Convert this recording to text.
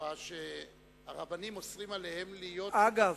במפורש שהרבנים אוסרים עליהם להיות שותפים,